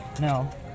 No